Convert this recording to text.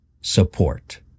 Support